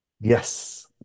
yes